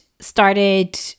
started